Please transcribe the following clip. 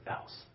else